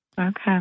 Okay